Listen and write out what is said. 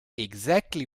exactly